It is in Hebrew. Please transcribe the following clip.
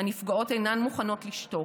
הנפגעות אינן מוכנות לשתוק.